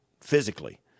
physically